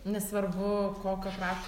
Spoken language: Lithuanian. nesvarbu kokio krašto